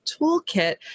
Toolkit